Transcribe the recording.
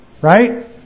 right